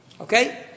Okay